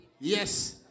Yes